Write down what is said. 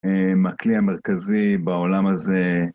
אה... מהכלי המרכזי בעולם הזה